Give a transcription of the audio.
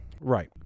Right